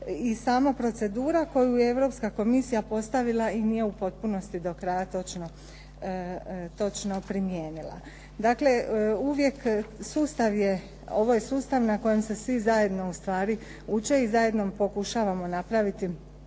i sama procedura koju je Europska komisija postavila i nije u potpunosti do kraja točno primijenila. Dakle, uvijek, sustav je, ovo je sustav na kojem se svi zajedno u stvari uče i zajedno pokušavamo napraviti